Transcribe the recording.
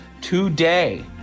today